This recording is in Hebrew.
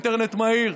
לאינטרנט מהיר.